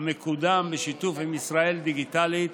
המקודם בשיתוף עם ישראל דיגיטלית,